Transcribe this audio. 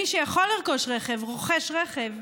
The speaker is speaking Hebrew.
מי שיכול לרכוש רכב, רוכש רכב.